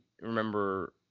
remember